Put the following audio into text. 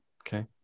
okay